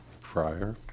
prior